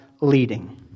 leading